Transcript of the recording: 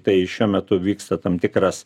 tai šiuo metu vyksta tam tikras